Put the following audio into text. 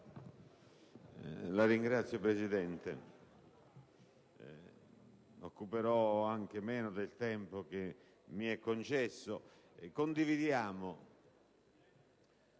la ringrazio; occuperò anche meno del tempo che mi è concesso. Condividiamo